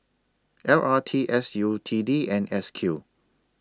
L R T S U T D and S Q